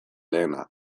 lehena